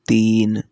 तीन